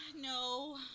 no